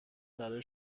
برای